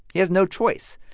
he has no choice.